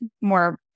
more